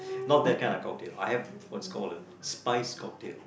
not that kind of cocktail I have what's called spice cocktail